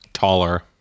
Taller